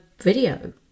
video